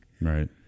Right